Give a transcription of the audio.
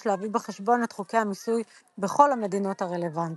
יש להביא בחשבון את חוקי המיסוי בכל המדינות הרלוונטיות.